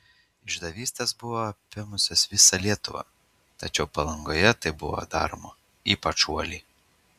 išdavystės buvo apėmusios visą lietuvą tačiau palangoje tai buvo daroma ypač uoliai